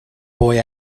boy